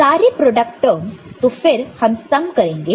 सारे product terms तो फिर हम सम करेंगे